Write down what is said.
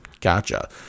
Gotcha